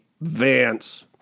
Vance